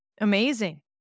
Amazing